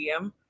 DM